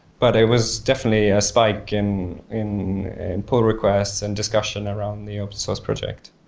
but it was definitely a spike in in poll request and discussion around the open source project.